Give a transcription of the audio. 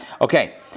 Okay